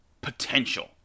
potential